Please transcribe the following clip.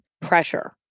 pressure